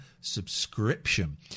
subscription